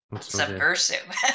Subversive